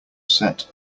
set